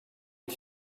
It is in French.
est